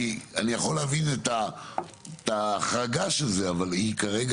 אני יכול להבין את ההחרגה של זה אבל כרגע